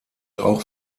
auch